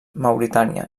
mauritània